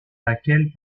laquelle